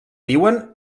diuen